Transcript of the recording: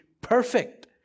perfect